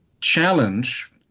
challenge